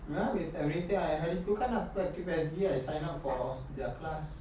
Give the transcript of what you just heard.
ya with everything hari itu kan active S_G I sign up for their class